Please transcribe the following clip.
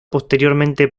posteriormente